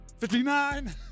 59